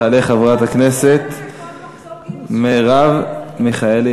תעלה חברת הכנסת מרב מיכאלי.